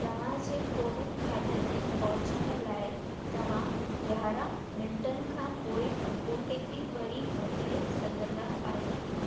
तव्हां जे कोविन खाते तईं पहुचण लाइ तव्हां यारहां मिंटनि खां पोइ ओ टी पी वरी मोकिले सघंदा आहियो